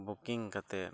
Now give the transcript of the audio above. booking